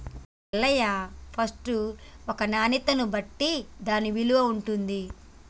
Ellaiah first ఒక నాణ్యతను బట్టి దాన్న విలువ ఉంటుంది